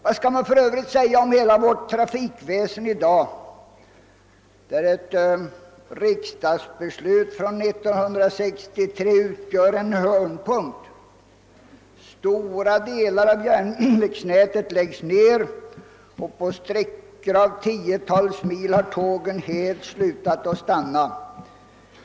Vad skall man för övrigt säga om hela vårt trafikväsende i dag, där ett riksdagsbeslut från 1963 utgör en hörnpunkt. Stora delar av järnvägsnätet läggs ned, och på sträckor om tiotals mil har tågen helt slutat att stanna.